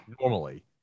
normally